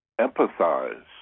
empathize